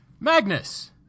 Magnus